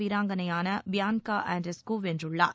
வீராங்கனையான Bianca Andreescu வென்றுள்ளார்